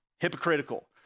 hypocritical